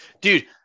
Dude